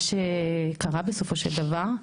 מה שקרה בסופו של דבר,